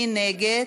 מי נגד?